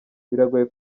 biragoye